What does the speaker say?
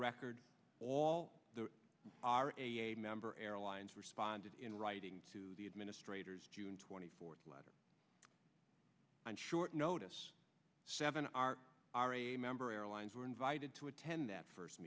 record all our a member airlines responded in writing to the administrators june twenty fourth letter on short notice seven are a member airlines were invited to attend that first